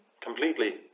completely